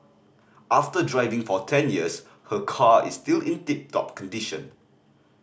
after driving for ten years her car is still in tip top condition